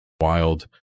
wild